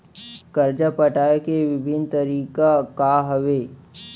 करजा पटाए के विभिन्न तरीका का हवे?